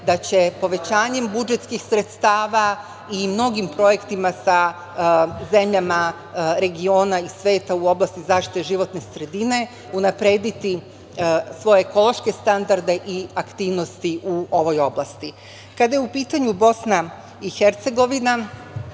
da će povećanjem budžetskih sredstava i mnogim projektima sa zemljama regiona i sveta u oblasti zaštite životne sredine unaprediti svoje ekološke standarde i aktivnosti u ovoj oblasti. Kada je u pitanju BiH važno